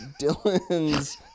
Dylan's